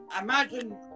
Imagine